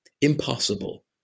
impossible